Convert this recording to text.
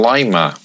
Lima